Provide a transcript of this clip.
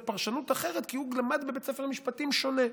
פרשנות אחרת כי הוא למד בבית ספר למשפטים שונה.